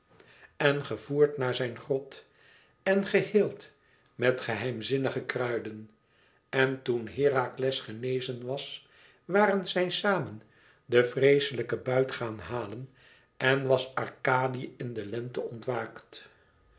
en gevoerd naar zijn grot en geheeld met geheimzinnige kruiden en toen herakles genezen was waren zij samen den vreeslijken buit gaan halen en was arkadië in de lente ontwaakt